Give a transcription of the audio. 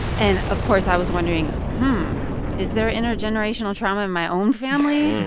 and of course i was wondering um is there intergenerational trauma in my own family?